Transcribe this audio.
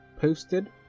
posted